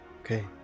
Okay